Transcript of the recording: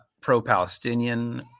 pro-Palestinian